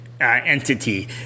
entity